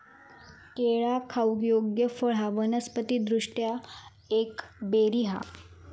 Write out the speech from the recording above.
केळा खाऊक योग्य फळ हा वनस्पति दृष्ट्या ता एक बेरी हा